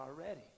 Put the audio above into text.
already